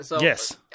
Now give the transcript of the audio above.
Yes